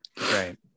Right